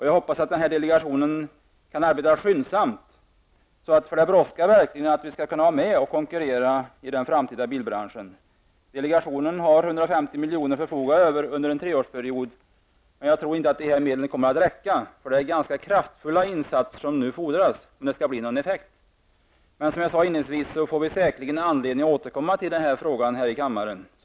Jag hoppas att denna delegation kan arbeta skyndsamt, för det brådskar verkligen om vi skall kunna vara med och konkurrera i den framtida bilbranschen. Delegationen har 150 milj.kr. att förfoga över under treårsperiod, men jag tror inte att dessa medel kommer att räcka. Det är ganska kraftfulla insatser som fordras om det skall bli någon effekt. Men som jag sade inledningsvis får vi säkert anledning att återkomma till denna fråga här i kammaren.